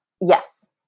Yes